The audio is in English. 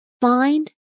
Find